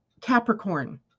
Capricorn